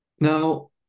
now